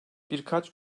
birkaç